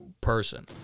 person